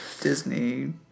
Disney